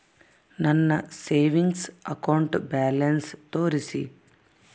ನನ್ನ savings account balance ತೋರಿಸಿ?